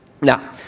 Now